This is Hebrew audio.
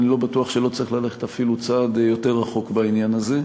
אני לא בטוח שלא צריך ללכת אפילו צעד יותר רחוק בעניין הזה.